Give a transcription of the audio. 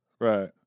Right